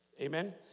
Amen